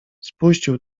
spuścił